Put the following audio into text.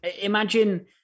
Imagine